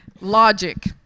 Logic